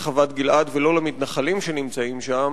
חוות-גלעד ולא למתנחלים שנמצאים שם,